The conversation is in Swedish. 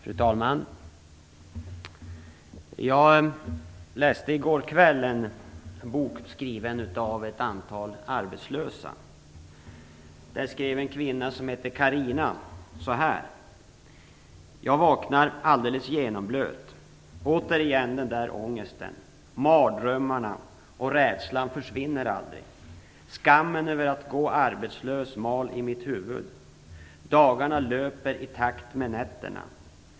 Fru talman! Jag läste i går kväll en bok skriven av ett antal arbetslösa. Där skrev en kvinna som heter Carina så här: "Jag vaknar alldeles genomblöt. Återigen den där ångesten. Mardrömmarna och rädslan försvinner aldrig. Skammen över att gå arbetslös mal i mitt huvud. Dagarna löper i takt med nätterna.